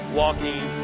walking